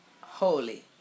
holy